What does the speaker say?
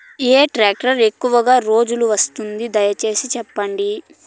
ఏ tractor ఎక్కువగా రోజులు వస్తుంది, దయసేసి చెప్పండి?